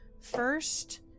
first